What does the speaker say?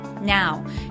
now